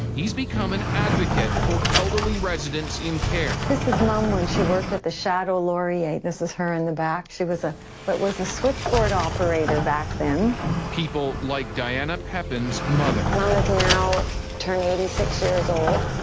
he's become an advocate for elderly residents in care. this is mom when she worked at the chateau laurier. this is her in the back. she was a what was a switchboard operator back then. david people like diana pepin's mother. diana mom is now turned eighty six years old.